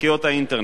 ספקיות האינטרנט.